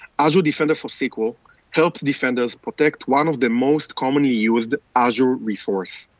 azure defender for sql helps defenders protect one of the most commonly used azure resource.